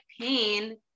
pain